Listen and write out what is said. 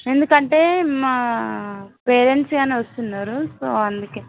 ఎందుకంటే మా పేరెంట్స్ కానీ వస్తున్నారు సో అందుకని